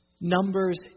Numbers